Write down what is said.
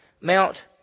Mount